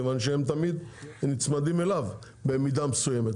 מכיוון שהן תמיד נצמדות אליהם במידה מסוימת.